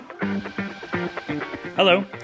Hello